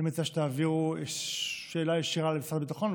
אני מציע שתעבירו שאלה ישירה למשרד הביטחון,